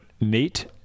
Nate